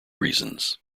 reasons